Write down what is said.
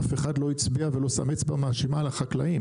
אף אחד לא הצביע ולא שם אצבע מאשימה על החקלאים,